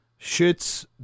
shits